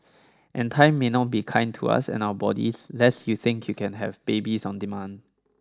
and time may not be kind to us and our bodies lest you think you can have babies on demand